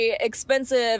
expensive